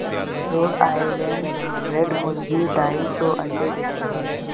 road Island red मुर्गी ढाई सौ अंडे देती है